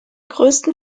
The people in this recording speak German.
größten